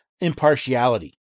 impartiality